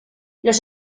los